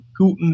Putin